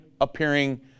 appearing